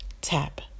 tap